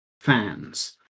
fans